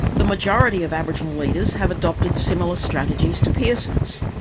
the majority of aboriginal leaders have adopted similar strategies to pearson's.